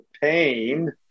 pain